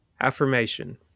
Affirmation